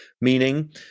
meaning